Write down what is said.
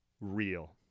real